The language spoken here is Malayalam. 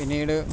പിന്നീട്